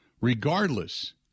regardless